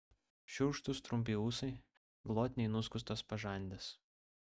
šiurkštūs trumpi ūsai glotniai nuskustos pažandės